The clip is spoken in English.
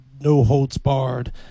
no-holds-barred